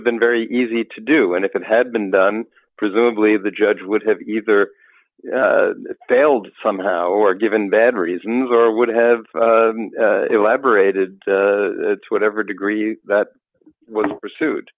have been very easy to do and if it had been done presumably the judge would have either failed somehow or given bad reasons or would have elaborated to whatever degree that was pursued